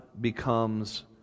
becomes